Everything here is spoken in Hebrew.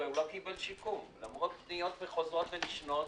והוא לא קיבל שיקום למרות פניות חוזרות ונשנות.